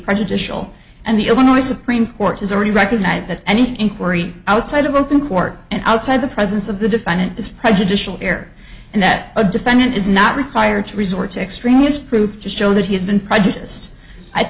prejudicial and the illinois supreme court has already recognized that an inquiry outside of open court and outside the presence of the defendant this prejudicial air and that a defendant is not required to resort to extremist group to show that he has been prejudiced i